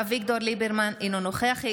אינה נוכחת אביגדור ליברמן,